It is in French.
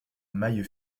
maille